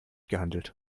gehandelt